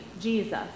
Jesus